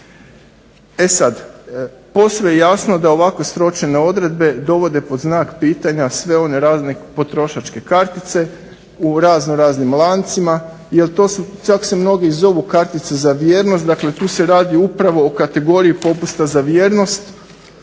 E sada, posve je jasno da ovako sročene odredbe dovode pod znak pitanja sve one razne potrošačke kartice u razno raznim lancima, jel to su čak se mnoge zove kartice za vjernost, dakle tu se radi upravo o kategoriji popusta za vjernost.